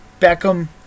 Beckham